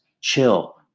chill